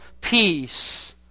peace